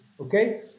okay